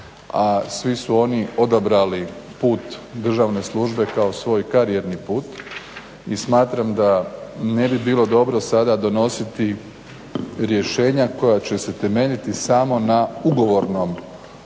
svi su oni odabrali put državne službe kao svoj karijerni put. I smatram da ne bi bilo dobro sada donositi rješenja koja će se temeljiti samo na ugovornom sporazumu